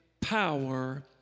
power